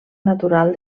natural